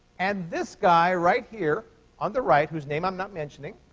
and this guy, right here on the right whose name i'm not mentioning,